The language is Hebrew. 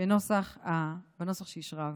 בנוסח שאישרה הוועדה.